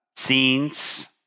scenes